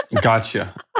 Gotcha